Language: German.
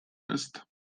ist